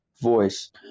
voice